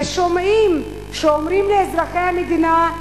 ושומעים שאומרים לאזרחי המדינה: